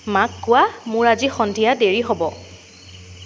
মাক কোৱা মোৰ আজি সন্ধিয়া দেৰি হ'ব